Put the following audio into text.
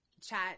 chat